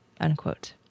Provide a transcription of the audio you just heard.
Unquote